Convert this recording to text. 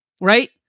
right